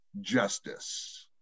justice